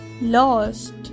lost